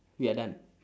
we are done